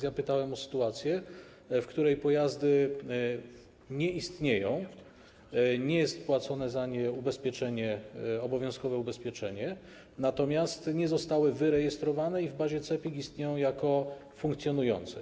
Ja pytałem o sytuację, w której pojazdy nie istnieją, nie jest płacone za nie obowiązkowe ubezpieczenie, natomiast nie zostały wyrejestrowane i w bazie CEPiK istnieją jako funkcjonujące.